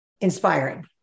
inspiring